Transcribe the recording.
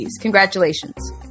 Congratulations